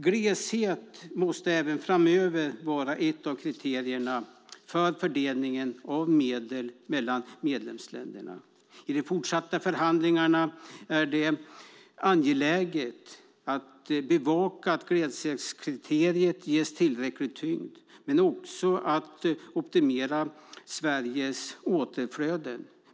Gleshet måste även framöver vara ett av kriterierna för fördelningen av medel mellan medlemsländerna. I de fortsatta förhandlingarna är det angeläget att bevaka att gleshetskriteriet ges tillräcklig tyngd men också att optimera Sveriges återflöden.